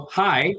hi